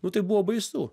nu tai buvo baisu